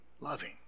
loving